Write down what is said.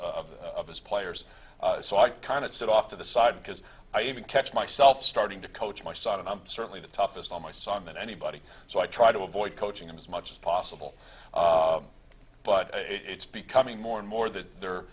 of his players so i kind of set off to the side because i even catch myself starting to coach my son and i'm certainly the toughest on my son than anybody so i try to avoid coaching them as much as possible but it's becoming more and more that they're